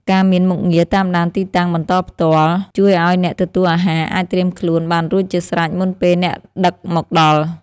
ការមានមុខងារតាមដានទីតាំងបន្តផ្ទាល់ជួយឱ្យអ្នកទទួលអាហារអាចត្រៀមខ្លួនបានរួចជាស្រេចមុនពេលអ្នកដឹកមកដល់។